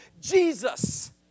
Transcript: Jesus